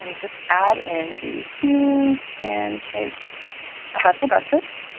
and just add in the two pancakes i had for breakfast.